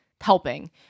helping